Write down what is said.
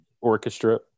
orchestra